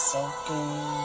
Soaking